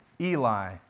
Eli